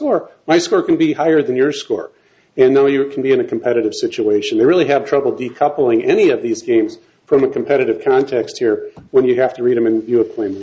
score my score can be higher than your score and though you can be in a competitive situation they really have trouble decoupling any of these games from a competitive context here when you have to read them and you have cla